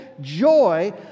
joy